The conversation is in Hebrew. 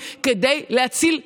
כדי להציל חיים,